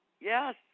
Yes